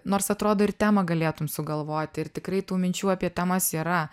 nors atrodo ir temą galėtum sugalvoti ir tikrai tų minčių apie temas yra